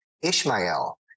Ishmael